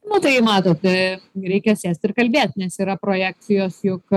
nu tai matot a gi reikia sėst ir kalbėt nes yra projekcijos juk